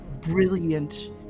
brilliant